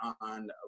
on